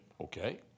okay